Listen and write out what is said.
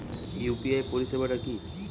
UPI পরিসেবাটা কি?